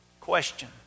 Question